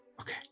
Okay